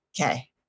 okay